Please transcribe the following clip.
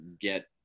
get